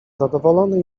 zadowolony